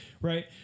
Right